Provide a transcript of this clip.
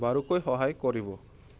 বাৰুকৈ সহায় কৰিব